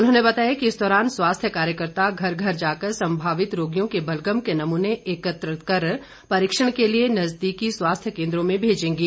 उन्होंने बताया कि इस दौरान स्वास्थ्य कार्यकर्ता घर घर जाकर सम्भावित रोगियों के बलगम के नमूने एकत्र कर परीक्षण के लिए नजदीकी स्वास्थ्य केन्द्रों में मेजेंगे